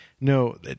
no